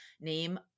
name